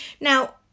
Now